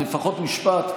לפחות משפט,